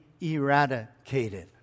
eradicated